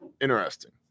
Interesting